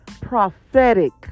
prophetic